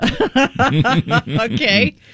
Okay